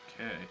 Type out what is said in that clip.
Okay